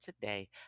today